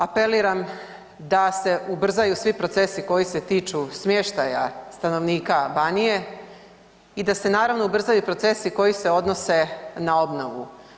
Apeliram da se ubrzaju svi procesi koji se tiču smještaja stanovnika Banije i da se naravno ubrzaju procesi koji se odnose na obnovu.